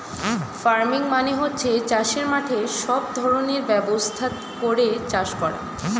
farming মানে হচ্ছে চাষের মাঠে সব ধরনের ব্যবস্থা করে চাষ করা